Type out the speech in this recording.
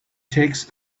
takes